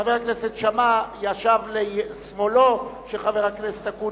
חבר הכנסת שאמה ישב לשמאלו של חבר הכנסת אקוניס,